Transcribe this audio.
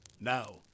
Now